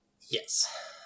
Yes